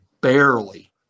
barely